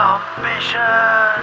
Ambition